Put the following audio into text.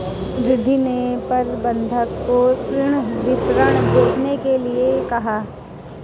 रिद्धी ने प्रबंधक को ऋण विवरण दिखाने के लिए कहा